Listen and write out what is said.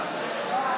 דבר